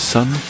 Sun